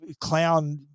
clown